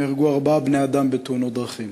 נהרגו ארבעה בני-אדם בתאונות דרכים.